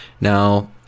now